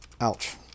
Ouch